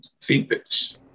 feedbacks